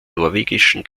norwegischen